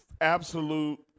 absolute